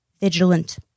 vigilant